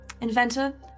inventor